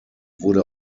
wurde